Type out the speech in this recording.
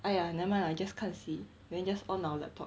!aiya! nevermind lah just 看戏 then just on our laptop